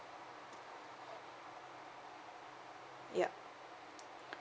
yup